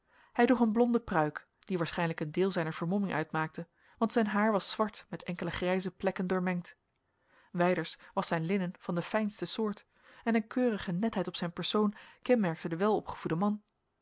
hij droeg een blonde pruik die waarschijnlijk een deel zijner vermomming uitmaakte want zijn haar was zwart met enkele grijze plekken doormengd wijders was zijn linnen van de fijnste soort en een keurige netheid op zijn persoon kenmerkte den welopgevoeden man